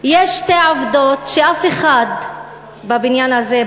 יש שתי עובדות שאף אחד בבניין הזה,